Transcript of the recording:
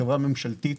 חברה ממשלתית.